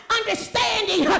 understanding